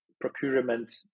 procurement